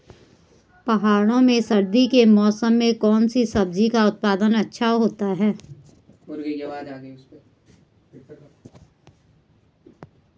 पहाड़ों में सर्दी के मौसम में कौन सी सब्जी का उत्पादन अच्छा होता है?